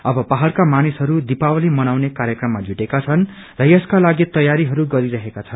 अव पहाड़का मानिसहरू दिपावली मनाउने कार्यक्रममा जुटेका छन् र यसकालागि तैयारनी गरि रहेका छन्